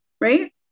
right